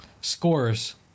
scores